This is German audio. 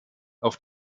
auf